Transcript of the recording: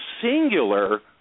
singular